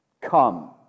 Come